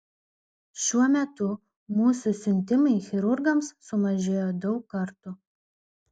šiuo metu mūsų siuntimai chirurgams sumažėjo daug kartų